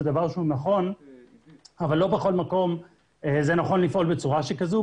זה דבר שהוא נכון אבל לא מקום נכון לפעול בצורה כזאת,